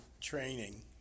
training